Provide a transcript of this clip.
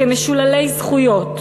כמשוללי זכויות,